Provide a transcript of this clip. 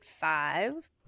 five